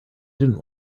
didn’t